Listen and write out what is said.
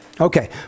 Okay